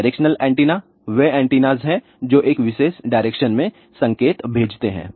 directional antenna वे antenna हैं जो एक विशेष डायरेक्शन में संकेत भेजते हैं